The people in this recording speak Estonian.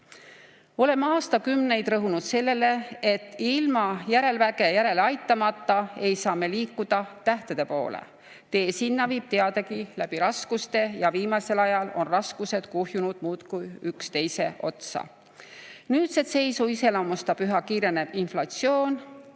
Oleme aastakümneid rõhunud sellele, et ilma järelväge järele aitamata ei saa me liikuda tähtede poole. Tee sinna viib teadagi läbi raskuste ja viimasel ajal on raskused kuhjunud muudkui üksteise otsa. Nüüdset seisu iseloomustab üha kiirenev inflatsioon.